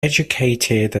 educated